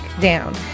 down